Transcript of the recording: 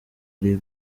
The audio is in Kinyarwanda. ari